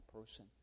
person